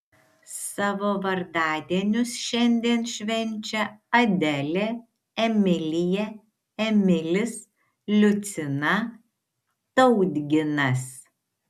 savo vardadienius šiandien švenčia adelė emilija emilis liucina tautginas